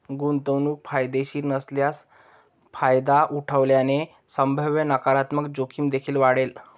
गुंतवणूक फायदेशीर नसल्यास फायदा उठवल्याने संभाव्य नकारात्मक जोखीम देखील वाढेल